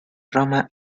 roma